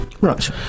right